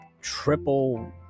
triple